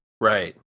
Right